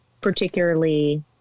particularly